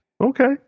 Okay